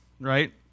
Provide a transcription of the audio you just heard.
right